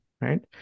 Right